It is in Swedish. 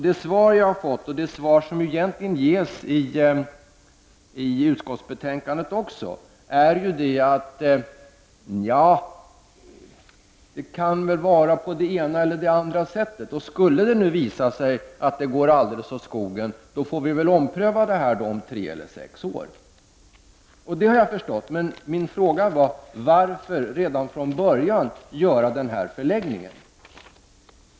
Det svar som jag har fått, och det svar som egentligen ges också i utskottsbetänkandet, är: Nja, det kan vara på det ena eller det andra sättet. Skulle det nu visa sig att det går alldeles åt skogen får vi väl ompröva beslutet om tre eller sex år. Det har jag förstått. Men min fråga var: Varför placerar man verksamheten på detta sätt redan från början?